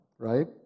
Right